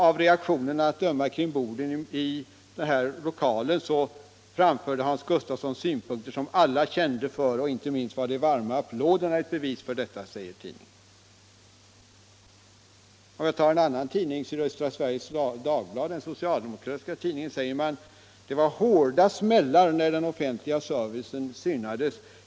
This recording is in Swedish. —-- Av reaktionerna att döma kring borden i motionshallen framförde Hans Gustafsson synpunkter som alla kände för och inte minst var de varma applåderna ett bevis för detta.” Eller jag kan läsa ur den socialdemokratiska tidningen Sydöstra Sveriges Dagblad, som skriver: ”Hårda smällar, när den offentliga servicen synades.